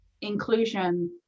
inclusion